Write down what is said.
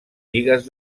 bigues